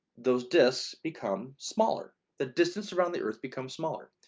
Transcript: those discs become smaller, the distance around the earth becomes smaller.